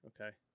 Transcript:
Okay